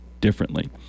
differently